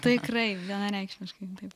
tikrai vienareikšmiškai taip